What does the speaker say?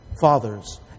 fathers